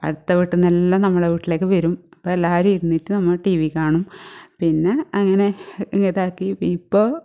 അടുത്ത വീട്ടിൽനിന്ന് എല്ലാം നമ്മുടെ വീട്ടിലേക്ക് വരും അപ്പം എല്ലാവരും ഇരുന്നിട്ട് നമ്മൾ ടി വി കാണും പിന്നെ അങ്ങനെ ഇതാക്കി ഇപ്പോൾ